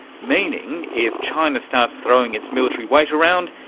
meaning, if china starts throwing its military weight around,